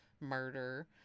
murder